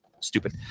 Stupid